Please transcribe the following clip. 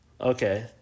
Okay